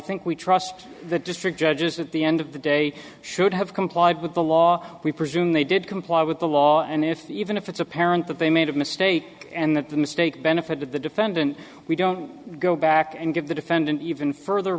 think we trust the district judges at the end of the day should have complied with the law we presume they did comply with the law and if even if it's apparent that they made a mistake and that the mistake benefited the defendant we don't go back and give the defendant even further